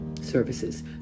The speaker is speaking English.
services